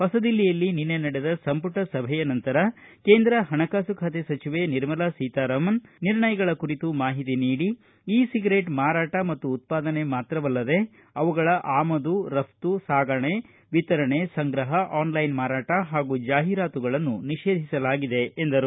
ಹೊಸದಿಲ್ಲಿಯಲ್ಲಿ ನಿನ್ನೆ ನಡೆದ ಸಂಪುಟ ಸಭೆಯ ನಂತರ ಕೇಂದ್ರ ಹಣಕಾಸು ಖಾತೆ ಸಚಿವೆ ನಿರ್ಮಲಾ ಸೀತಾರಾಮನ್ ನಿರ್ಣಯಗಳ ಕುರಿತು ಮಾಹಿತಿ ನೀಡಿ ಇ ಸಿಗರೇಟ್ ಮಾರಾಟ ಮತ್ತು ಉತ್ಪಾದನೆ ಮಾತ್ರವಲ್ಲದೇ ಅವುಗಳ ಆಮದು ರಫ್ತು ಸಾಗಣೆ ವಿತರಣೆ ಸಂಗ್ರಹ ಆನ್ಲೈನ್ ಮಾರಾಟ ಹಾಗೂ ಜಾಹೀರಾತುಗಳನ್ನು ನಿಷೇಧಿಸಲಾಗಿದೆ ಎಂದರು